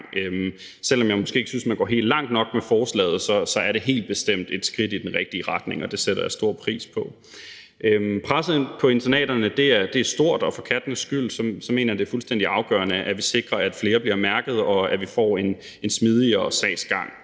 Selv om jeg måske ikke synes, at man går helt langt nok med forslaget, så er det helt bestemt et skridt i den rigtige retning, og det sætter jeg stor pris på. Presset på internaterne er stort, og for kattenes skyld mener jeg, det er fuldstændig afgørende, at vi sikrer, at flere bliver mærket, og at vi får en smidigere sagsgang.